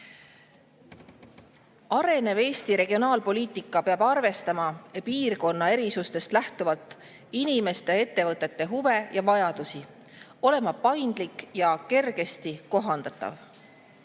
Arenev Eesti regionaalpoliitika peab arvestama piirkonna erisustest lähtuvalt inimeste ja ettevõtete huve ja vajadusi, olema paindlik ja kergesti kohandatav.